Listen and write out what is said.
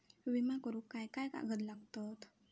विमा करुक काय काय कागद लागतत?